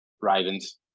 Ravens